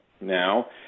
now